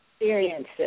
experiences